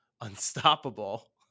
Unstoppable